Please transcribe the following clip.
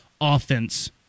offense